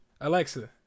Alexa